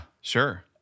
sure